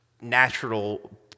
natural